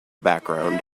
background